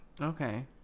Okay